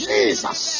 Jesus